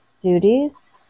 duties